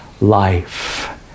life